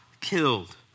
killed